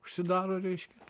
užsidaro reiškia